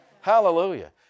Hallelujah